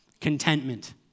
Contentment